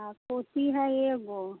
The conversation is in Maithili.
आओर पोती हइ एगो